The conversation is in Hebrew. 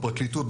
הפרקליטות,